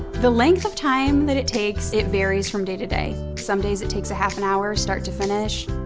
the length of time that it takes, it varies from day to day. some days it takes a half an hour start to finish.